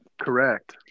Correct